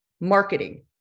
marketing